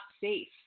safe